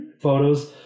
photos